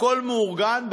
הכול מאורגן,